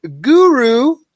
guru